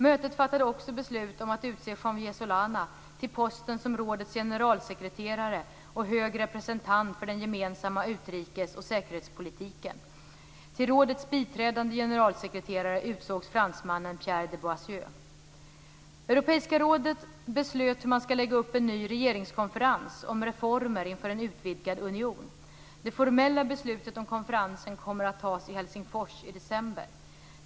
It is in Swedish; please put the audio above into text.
Mötet fattade också beslut om att utse Javier Solana till posten som rådets generalsekreterare och hög representant för den gemensamma utrikes och säkerhetspolitiken. Till rådets biträdande generalsekreterare utsågs fransmannen Pierre de Boissieu. Europeiska rådet beslöt hur man skall lägga upp en ny regeringskonferens om reformer inför en utvidgad union. Det formella beslutet om konferensen kommer att tas i Helsingfors i december.